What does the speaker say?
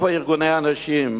איפה ארגוני הנשים?